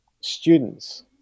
students